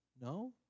No